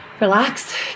relax